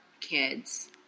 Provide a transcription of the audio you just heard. kids